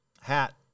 hat